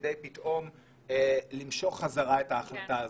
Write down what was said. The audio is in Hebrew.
כדי פתאום למשוך חזרה את ההחלטה הזו.